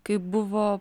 kai buvo